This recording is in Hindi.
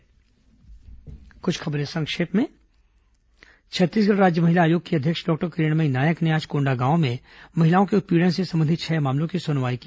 संक्षिप्त समाचार अब कुछ अन्य खबरें संक्षिप्त में छत्तीसगढ़ राज्य महिला आयोग की अध्यक्ष डॉक्टर किरणमयी नायक ने आज कोंडागांव में महिलाओं के उत्पीड़न से संबंधित छह मामलों की सुनवाई की